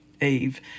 Eve